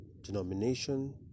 denomination